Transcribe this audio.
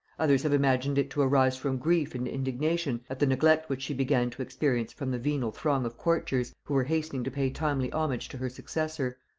others have imagined it to arise from grief and indignation at the neglect which she began to experience from the venal throng of courtiers, who were hastening to pay timely homage to her successor.